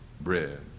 bread